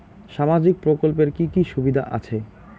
সামাজিক প্রকল্পের কি কি সুবিধা আছে?